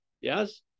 yes